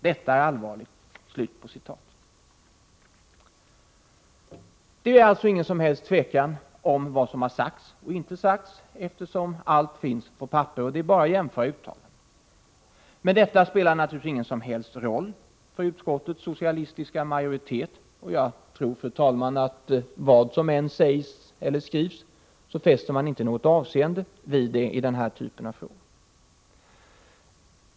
Detta är allvarligt.” Det är alltså inget tvivel om vad som sagts och inte sagts, eftersom allt finns på papper — det är bara att jämföra uttalandena. Men detta spelar naturligtvis ingen som helst roll för utskottets socialistiska majoritet. Jag tror att vad som än sägs eller skrivs fäster man inte något avseende vid det i den här typen av frågor.